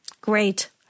Great